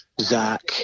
Zach